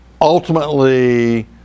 ultimately